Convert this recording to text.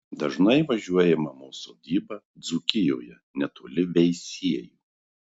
dažnai važiuoja į mamos sodybą dzūkijoje netoli veisiejų